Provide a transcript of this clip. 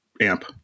amp